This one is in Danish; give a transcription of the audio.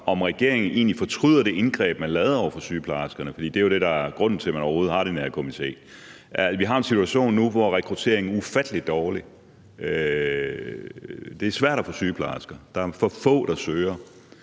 om regeringen egentlig fortryder det indgreb, man lavede over for sygeplejerskerne. Det er jo det, der er grunden til, at man overhovedet har den her komité. Vi har en situation nu, hvor rekrutteringen er ufattelig dårlig. Det er svært at få sygeplejersker; der er for få, der søger.